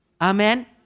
Amen